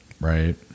Right